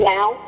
Now